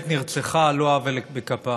שנרצחה על לא עוול בכפה,